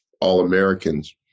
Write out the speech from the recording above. All-Americans